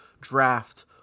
draft